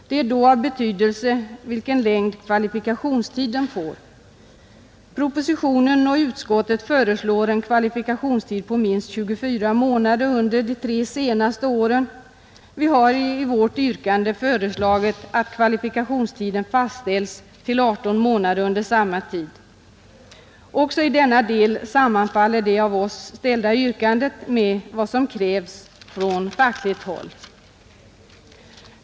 Det är då av betydelse vilken längd kvalifikationstiden får. I propositionen och betänkandet föreslås en kvalifikationstid på minst 24 månader under de tre senaste åren, Vi har föreslagit att kvalifikationstiden fastställs till 18 månader under samma tid. Också i denna del sammanfaller det av oss framställda yrkandet med vad som krävs från fackligt håll.